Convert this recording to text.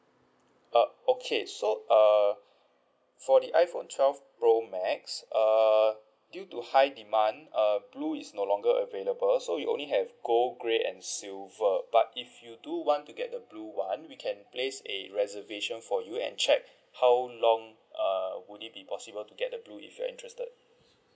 uh okay so uh for the iphone twelve pro max uh due to high demand uh blue is no longer available so you only have gold grey and silver but if you do want to get the blue [one] we can place a reservation for you and check how long uh would it be possible to get the blue if you are interested